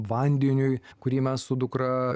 vandeniui kurį mes su dukra